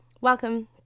welcome